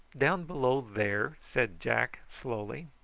down below there, said jack slowly.